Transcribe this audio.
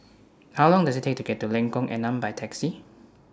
How Long Does IT Take to get to Lengkong Enam By Taxi